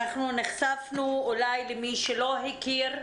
אנחנו נחשפנו או מי שלא מכיר,